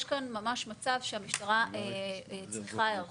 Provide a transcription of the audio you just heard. יש כאן ממש מצב שהמשטרה צריכה היערכות.